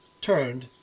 turned